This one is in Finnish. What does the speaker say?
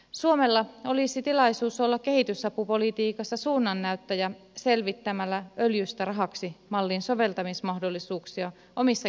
suomella olisi tilaisuus olla kehitysapupolitiikassa suunnannäyttäjä selvittämällä öljystä rahaksi mallin soveltamismahdollisuuksia omissa kehitysyhteistyökohteissaan